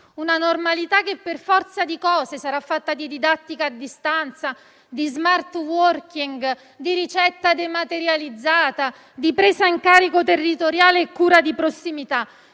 nuova normalità che, per, forza di cose, sarà fatta di didattica a distanza, di *smart working*, di ricette dematerializzate, di presa in carico territoriale e cura di prossimità.